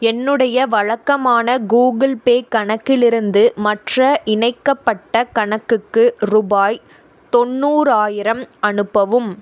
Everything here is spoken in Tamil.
என்னுடைய வழக்கமான கூகுள் பே கணக்கிலிருந்து மற்ற இணைக்கப்பட்ட கணக்குக்கு ரூபாய் தொண்ணூறாயிரம் அனுப்பவும்